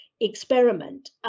experiment